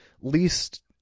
least